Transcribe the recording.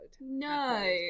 no